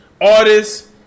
artists